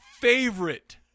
favorite